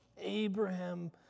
Abraham